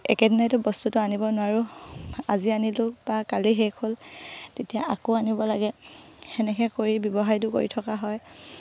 একেদিনাইতো বস্তুটো আনিব নোৱাৰোঁ আজি আনিলোঁ বা কালি শেষ হ'ল তেতিয়া আকৌ আনিব লাগে সেনেকৈ কৰি ব্যৱসায়টো কৰি থকা হয়